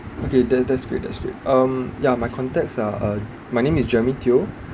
okay that that's great that's great um yeah my contacts are uh my name is jeremy teo